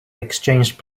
exchanged